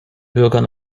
bürgern